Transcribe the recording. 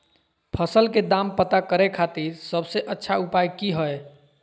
फसल के दाम पता करे खातिर सबसे अच्छा उपाय की हय?